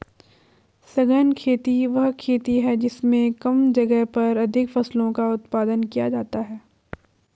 सघन खेती वह खेती है जिसमें कम जगह पर अधिक फसलों का उत्पादन किया जाता है